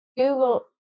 Google